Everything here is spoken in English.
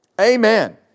Amen